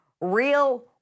Real